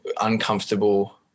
uncomfortable